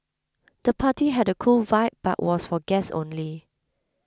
the party had a cool vibe but was for guests only